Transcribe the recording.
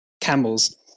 camels